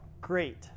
Great